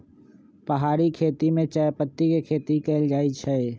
पहारि खेती में चायपत्ती के खेती कएल जाइ छै